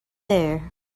there